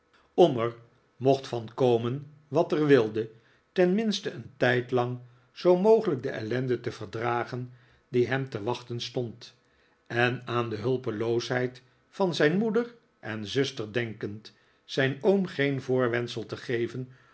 er mocht van komen wat er wilde tenminste een tijdlang zoo mogelijk de ellende te verdragen die hem te wachten stond en aan de hulpeloosheid van zijn moeder en zuster denkend zijn oom geen voorwendsel te geven